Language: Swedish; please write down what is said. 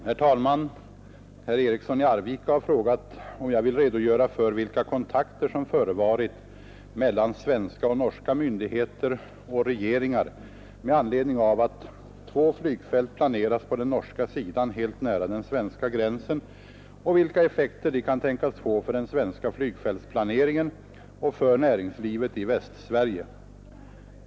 Herr talman! Herr Eriksson i Arvika har frågat om jag vill redogöra för vilka kontakter som förevarit mellan svenska och norska myndigheter och regeringar med anledning av att två flygfält planeras på den norska sidan helt nära den svenska gränsen och vilka effekter de kan tänkas få för den svenska flygfältsplaneringen och för näringslivet i Västsverige.